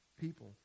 people